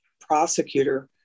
prosecutor